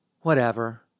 Whatever